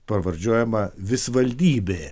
pravardžiuojama visvaldybė